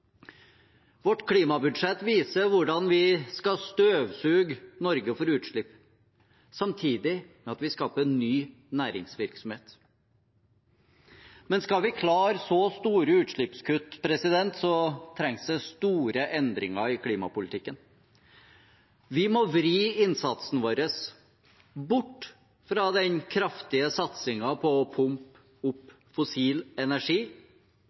Vårt klimabudsjett viser hvordan vi skal støvsuge Norge for utslipp, samtidig med at vi skaper ny næringsvirksomhet. Men skal vi klare så store utslippskutt, trengs det store endringer i klimapolitikken. Vi må vri innstasen vår bort fra den kraftige satsingen på å pumpe opp fossil energi